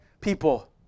people